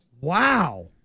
wow